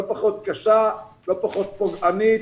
לא פחות קשה, לא פחות פוגענית